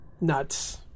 Nuts